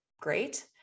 great